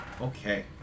okay